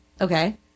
okay